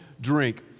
drink